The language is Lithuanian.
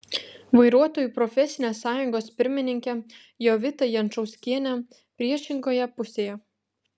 vairuotojų profesinė sąjungos pirmininkė jovita jančauskienė priešingoje pusėje